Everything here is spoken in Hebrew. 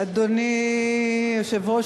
אדוני היושב-ראש,